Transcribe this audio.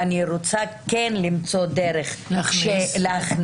ואני רוצה למצוא דרך להכניס,